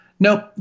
Nope